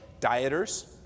Dieters